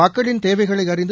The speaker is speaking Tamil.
மக்களின் தேவைகளை அறிந்து